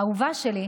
אהובה שלי,